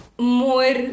more